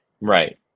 Right